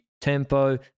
tempo